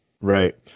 Right